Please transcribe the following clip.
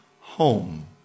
home